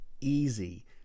easy